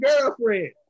girlfriend